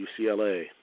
UCLA